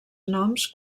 noms